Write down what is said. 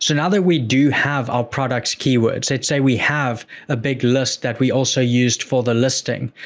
so, now, that we do have our products keywords, let's say we have a big list that we also used for the listing.